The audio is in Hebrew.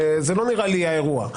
זה לא נראה לי האירוע.